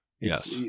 Yes